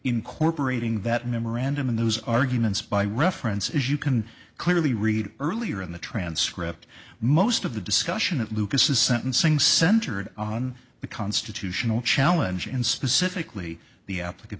incorporating that memorandum in those arguments by reference as you can clearly read earlier in the transcript most of the discussion at lucas is sentencing centered on the constitutional challenge and specifically the applica